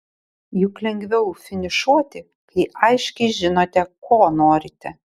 juk lengviau finišuoti kai aiškiai žinote ko norite